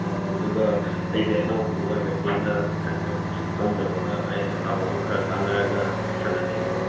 ꯑꯣ ꯑꯗꯨꯒ ꯑꯩꯁꯦ ꯑꯅꯧꯕꯒ ꯑꯣꯏꯕꯅꯤꯅ ꯈꯔꯁꯨ ꯈꯪꯗꯕꯒ ꯑꯩꯅ ꯇꯥꯃꯣꯒ ꯈꯔ ꯇꯥꯟꯅꯔꯒ ꯁꯥꯟꯅꯅꯤꯡꯕ